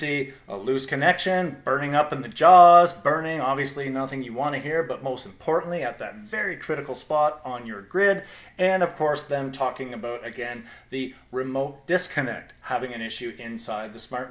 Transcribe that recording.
see a loose connection burning up in the job as burning obviously nothing you want to hear but most importantly at that very critical spot on your grid and of course them talking about again the remote disconnect how big an issue inside the smart